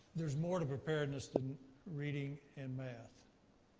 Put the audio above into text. there's more to preparedness than reading and math.